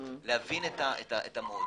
להבין את המהות.